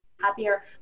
happier